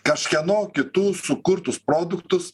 kažkieno kitų sukurtus produktus